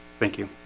thank you,